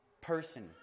person